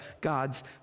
God's